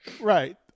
right